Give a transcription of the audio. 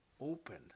opened